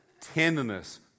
tenderness